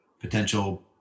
potential